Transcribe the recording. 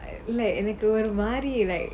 I like any good mighty like